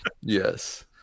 yes